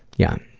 yeah,